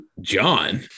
John